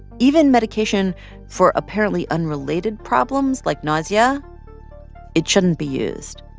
even medication for apparently unrelated problems like nausea it shouldn't be used.